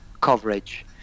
coverage